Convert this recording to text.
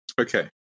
Okay